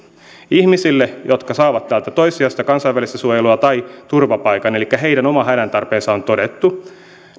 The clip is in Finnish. ihmisille jotka saavat täältä toissijaista kansainvälistä suojelua tai turvapaikan elikkä heidän oma hädäntarpeensa on todettu